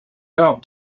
out